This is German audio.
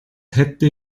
hätte